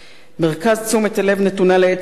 מרכז תשומת הלב נתון לעצם העובדה